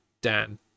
Dan